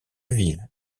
ville